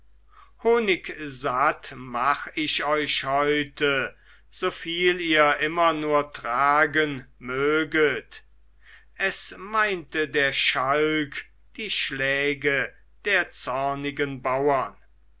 honigsatt mach ich euch heute so viel ihr immer nur tragen möget es meinte der schalk die schläge der zornigen bauern